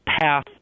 path